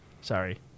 sorry